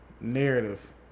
narrative